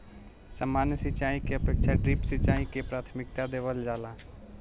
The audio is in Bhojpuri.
सामान्य सिंचाई के अपेक्षा ड्रिप सिंचाई के प्राथमिकता देवल जाला